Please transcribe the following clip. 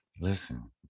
Listen